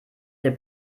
der